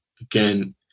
again